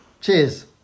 Cheers